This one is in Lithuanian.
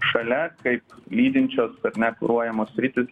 šalia kaip lydinčios ar ne kuruojamos sritys